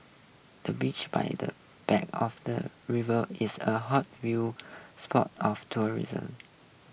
the bench by the bank of the river is a hot viewing spot of tourism